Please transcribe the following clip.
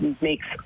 makes